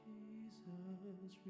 Jesus